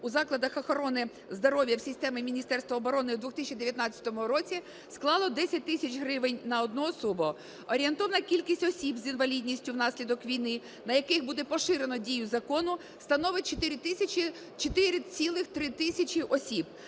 у закладах охорони здоров'я в системі Міністерства оборони в 2019 році склало 10 тисяч гривень на одну особу. Орієнтовна кількість осіб з інвалідністю внаслідок війни, на яких буде поширено дію закону, становить 4,3 тисячі осіб.